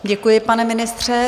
Děkuji, pane ministře.